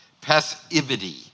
passivity